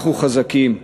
אנחנו חזקים,